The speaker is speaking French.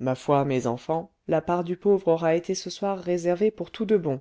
ma foi mes enfants la part du pauvre aura été ce soir réservée pour tout de bon